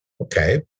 Okay